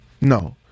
No